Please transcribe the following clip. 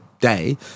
day